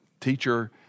teacher